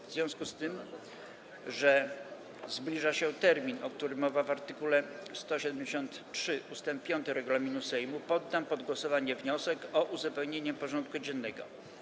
W związku z tym, że zbliża się termin, o którym mowa w art. 173 ust. 5 regulaminu Sejmu, poddam pod głosowanie wniosek o uzupełnienie porządku dziennego.